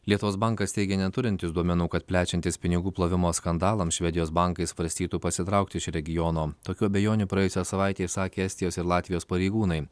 lietuvos bankas teigia neturintis duomenų kad plečiantis pinigų plovimo skandalams švedijos bankai svarstytų pasitraukti iš regiono tokių abejonių praėjusią savaitę išsakė estijos ir latvijos pareigūnai